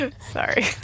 Sorry